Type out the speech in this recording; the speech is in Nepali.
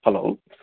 हलो